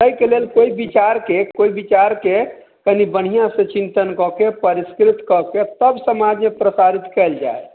ताहि के लेल कोई विचार के कोई विचार के कनी बढ़िऑं सं चिंतन कय कऽ परिस्कृत कय कऽ तब समाज मे प्रसारित कयल जाय